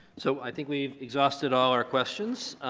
so, i think we've exhausted all our questions.